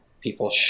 people